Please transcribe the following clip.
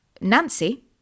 Nancy